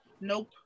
Nope